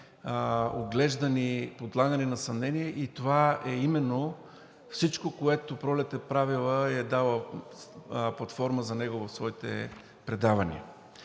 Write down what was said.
оглеждани, подлагани на съмнение и това е именно всичко, което Пролет е правила и е давала платформа за него в своите предавания.